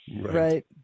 Right